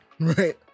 right